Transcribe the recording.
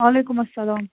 وعلیکُم اسلام